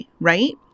right